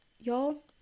y'all